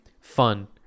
fun